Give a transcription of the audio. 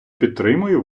підтримую